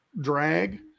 drag